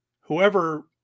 Whoever